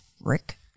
Rick